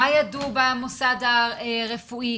מה ידעו במוסד הרפואי?